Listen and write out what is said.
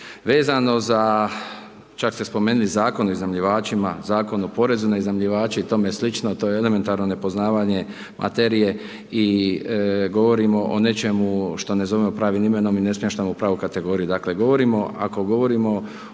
Vezano za, čak ste spomenuli Zakon o iznajmljivačima, Zakon o porezu na iznajmljivače i tome slično, to je elementarno nepoznavanje materije i govorimo o nečemu što ne zovemo pravim imenom i ne smještamo u pravu kategoriju.